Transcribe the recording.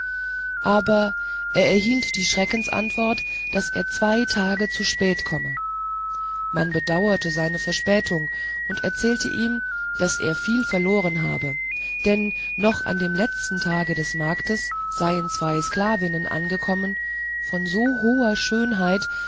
aber er erhielt die schreckensantwort daß er zwei tage zu spät komme man bedauerte seine verspätung und erzählte ihm daß er viel verloren habe denn noch an dem letzten tage des marktes seien zwei sklavinnen angekommen von so hoher schönheit